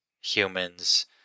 humans